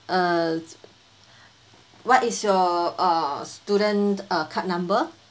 uh what is your uh student err card number